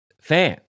fan